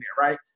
right